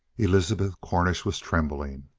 elizabeth cornish was trembling.